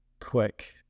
quick